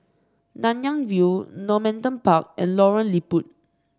Nanyang View Normanton Park and Lorong Liput